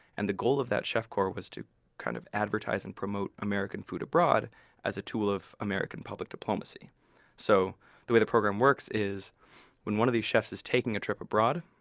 and the goal of that chef corps was to kind of advertise and promote american food abroad as a tool of american public diplomacy so the way the program works is that when one of these chefs is taking a trip abroad,